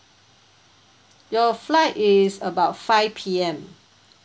your flight is about five P_M